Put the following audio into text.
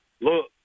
look